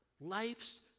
Life's